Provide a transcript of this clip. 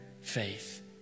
faith